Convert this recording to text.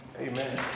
Amen